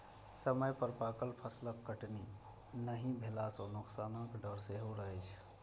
समय पर पाकल फसलक कटनी नहि भेला सं नोकसानक डर सेहो रहै छै